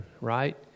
right